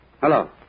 Hello